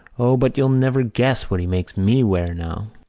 o, but you'll never guess what he makes me wear now!